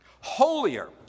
holier